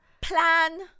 plan